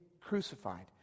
crucified